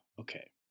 okay